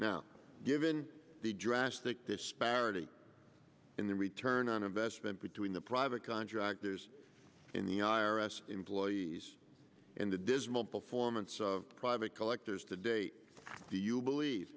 now given the drastic disparity in the return on investment between the private contractors in the i r s employees and the dismal performance of private collectors to date do you believe